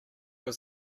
was